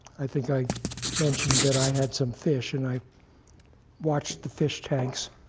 i think i mentioned that i had some fish, and i watched the fish tanks,